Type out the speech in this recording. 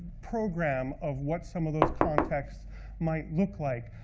program of what some of those contexts might look like.